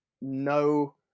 no